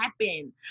happen